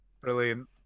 Brilliant